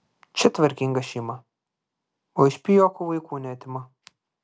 čia tvarkinga šeima o iš pijokų vaikų neatima